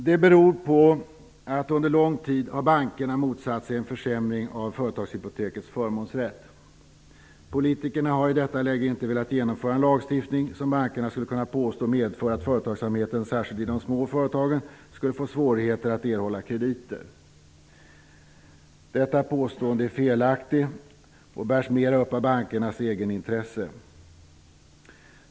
Det beror på att bankerna under lång tid har motsatt sig en försämring av företagshypotekets förmånsrätt. Politikerna har i detta läge inte velat genomföra en lagstiftning som bankerna skulle kunna påstå medför att företagsamheten, särskilt i de små företagen, skulle få svårigheter att erhålla krediter. Detta påstående är felaktigt och bärs mera upp av bankernas egenintresse.